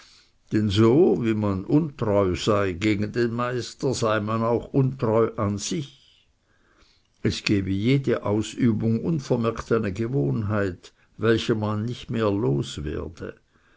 denn so wie man untreu sei gegen den meister sei man auch untreu an sich es gebe jede ausübung unvermerkt eine gewohnheit welcher man nicht mehr loswerde